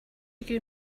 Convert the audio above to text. you